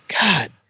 god